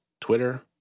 Twitter